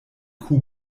kuh